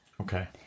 Okay